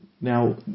Now